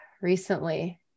Recently